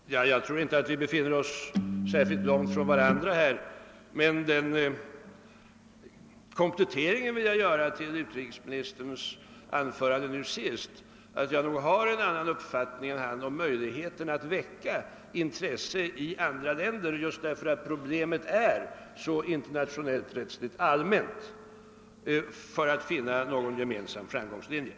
Herr talman! Jag tror inte att våra ståndpunkter skiljer sig särskilt mycket från varandra. Men jag vill göra den kompletteringen till utrikesministerns senaste anförande att jag har en annan uppfattning än han om möjligheten att väcka intresse i andra länder för att finna en gemensam framgångslinje. Denna inställning grundar sig på att problemet har en så allmänt internationellt rättslig karaktär.